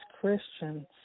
Christians